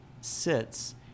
sits